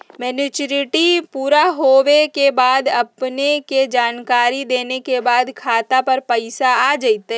Maturity पुरा होवे के बाद अपने के जानकारी देने के बाद खाता पर पैसा आ जतई?